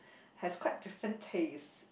has quite different taste